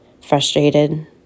frustrated